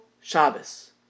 Shabbos